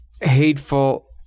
hateful